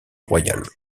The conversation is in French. royale